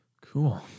Cool